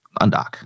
Undock